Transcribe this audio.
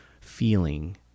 feeling